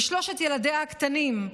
ושלושת ילדיה הקטנים,